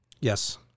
Yes